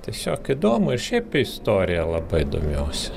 tiesiog įdomu ir šiaip istorija labai domėjausi